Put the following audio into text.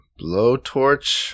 Blowtorch